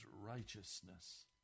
righteousness